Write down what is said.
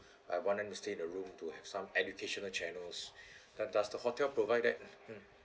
I want them to stay in the room to have some educational channels but does the hotel provide that